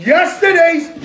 Yesterday's